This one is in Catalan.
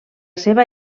seva